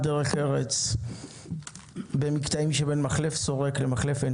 דרך ארץ הייווייז במקטעים שבין מחלף שורק למחלף עין